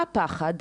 מה הפחד?